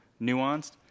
nuanced